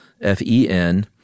F-E-N